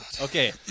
okay